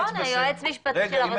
היועץ משפטי של הרשות יקבע.